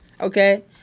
Okay